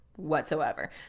Whatsoever